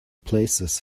places